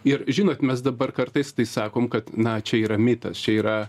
ir žinot mes dabar kartais tai sakom kad na čia yra mitas čia yra